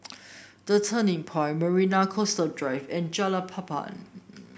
The Turning Point Marina Coastal Drive and Jalan Papan